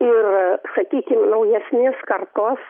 ir sakykim naujesnės kartos